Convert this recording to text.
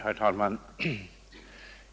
Herr talman!